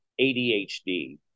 ADHD